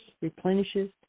replenishes